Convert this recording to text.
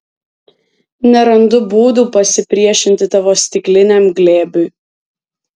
nerandu būdų pasipriešinti tavo stikliniam glėbiui